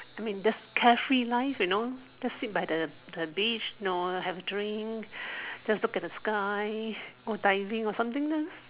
I mean thats carefree life you know just sit by the beach know have a drink just look at the sky or diving or something